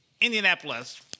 Indianapolis